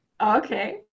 Okay